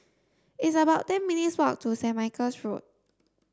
it's about ten minutes' walk to Saint Michael's Road